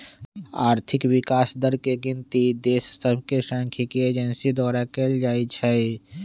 आर्थिक विकास दर के गिनति देश सभके सांख्यिकी एजेंसी द्वारा कएल जाइ छइ